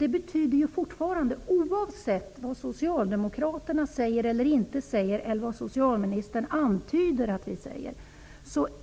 Herr talman! Oavsett vad Socialdemokraterna säger eller inte säger eller vad socialministern antyder att vi säger